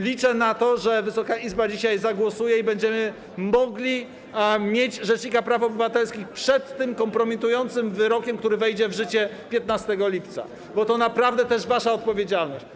Liczę na to, że Wysoka Izba dzisiaj zagłosuje i będziemy mogli mieć rzecznika praw obywatelskich przed tym kompromitującym wyrokiem, który wejdzie w życie 15 lipca, bo to naprawdę jest też wasza odpowiedzialność.